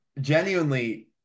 genuinely